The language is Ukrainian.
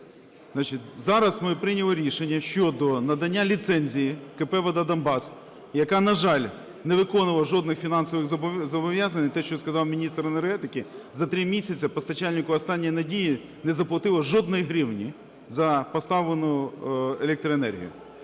зараз ми прийняли рішення щодо надання ліцензії КП "Вода Донбасу", яке, на жаль, не виконувало жодних фінансових зобов'язань, і те, що сказав міністр енергетики, за 3 місяці постачальнику "останньої надії" не заплатило жодної гривні за поставлену електроенергію.